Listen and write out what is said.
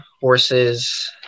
horses